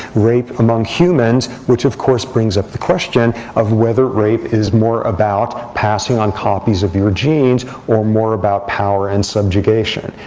rape among humans, which of course brings up the question of whether rape is more about passing on copies of your genes, or more about power and subjugation.